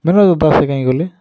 manager ଦା ସେ କାଇଁ ଗଲେ